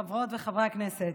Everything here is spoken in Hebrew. חברות וחברי הכנסת,